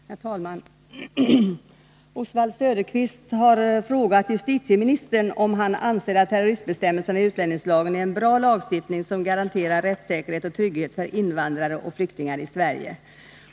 Herr talman! Oswald Söderqvist har frågat justitieministern om han anser att terroristbestämmelserna i utlänningslagen är en bra lagstiftning som garanterar rättssäkerhet och trygghet för invandrare och flyktingar i Sverige.